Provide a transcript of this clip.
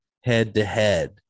head-to-head